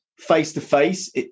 face-to-face